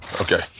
Okay